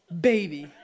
baby